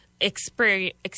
experience